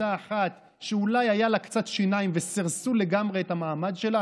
אותה אחת שאולי היו לה קצת שיניים וסירסו לגמרי את המעמד שלה,